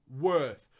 worth